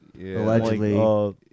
Allegedly